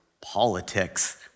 politics